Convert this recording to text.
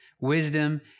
Wisdom